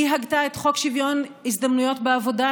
היא הגתה את חוק שוויון הזדמנויות בעבודה,